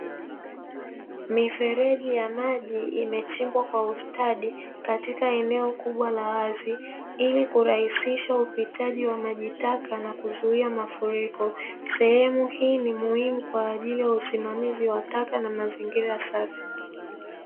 Mifereji ya maji imechimba kwa ustadi mkubwa katika eneo kubwa la wazi ili kurahisisha upitaji wa maji taka na kuzuia mafurikko sehemu hii ni muhimu kwaajili ya usimamizi wa taka na mazingira safi